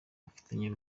bafitanye